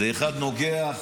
זה אחד נוגח,